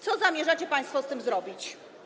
Co zamierzacie państwo z tym zrobić?